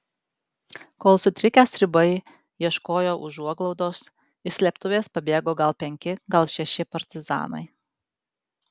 kol sutrikę stribai ieškojo užuoglaudos iš slėptuvės pabėgo gal penki gal šeši partizanai